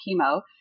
chemo